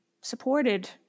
supported